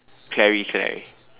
Clarie Clarie